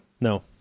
No